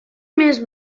més